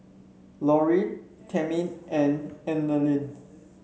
Laureen Tammi and Eleni